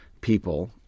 people